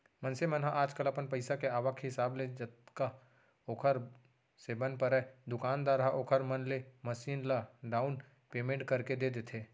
मनसे मन ह आजकल अपन पइसा के आवक हिसाब ले जतका ओखर से बन परय दुकानदार ह ओखर मन ले मसीन ल डाउन पैमेंट करके दे देथे